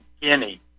guinea